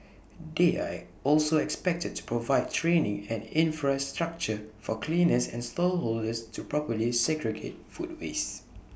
they are also expected to provide training and infrastructure for cleaners and stall holders to properly segregate food waste